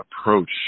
approach